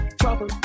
trouble